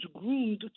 groomed